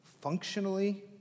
Functionally